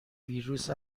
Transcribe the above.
ویروس